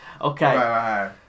Okay